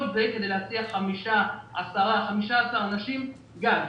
כל זה כדי להסיע 5, 10, 15 אנשים גג.